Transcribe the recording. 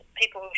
people